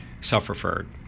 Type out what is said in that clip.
self-referred